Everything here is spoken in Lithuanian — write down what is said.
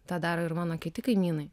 tą daro ir mano kiti kaimynai